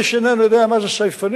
מי שאיננו יודע מה זה סייפנים,